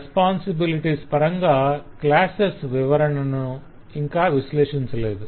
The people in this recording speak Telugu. బాధ్యతల పరంగా క్లాసెస్ వివరణను ఇంకా విశ్లేషించలేదు